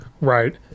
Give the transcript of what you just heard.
right